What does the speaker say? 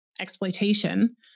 exploitation